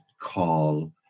call